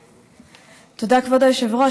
תודה, כבוד היושב-ראש.